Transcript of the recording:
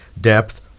depth